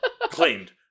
Claimed